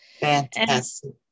Fantastic